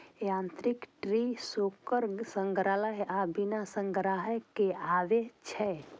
यांत्रिक tree shaker संग्राहक आ बिना संग्राहक के आबै छै